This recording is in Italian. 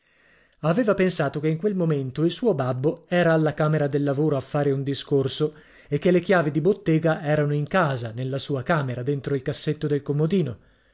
padre aveva pensato che in quel momento il suo babbo era alla camera del lavoro a fare un discorso e che le chiavi di bottega erano in casa nella sua camera dentro il cassetto del comodino